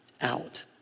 out